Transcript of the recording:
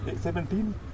seventeen